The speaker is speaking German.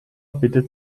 bitte